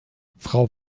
frau